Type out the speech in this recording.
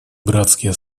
братские